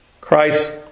Christ